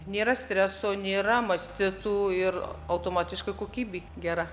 nėra streso nėra mastitų ir automatiškai kokybė gera